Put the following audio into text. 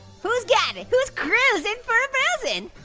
who's got it? who's cruising for a bruising?